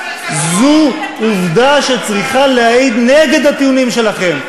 זו עובדה שצריכה להעיד נגד הטיעונים שלכם.